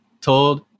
told